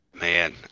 Man